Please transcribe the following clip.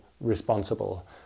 responsible